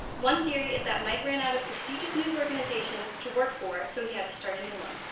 one theory is that mike ran out of prestigious news organizations to work for, so he had to start a new one.